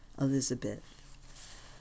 Elizabeth